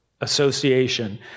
association